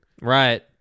Right